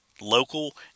local